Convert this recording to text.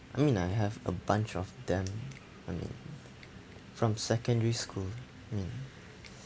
I mean I have a bunch of them I mean from secondary school I mean